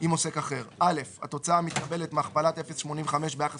עם עוסק אחר: (א)התוצאה המתקבלת מהכפלת 0.85 ביחס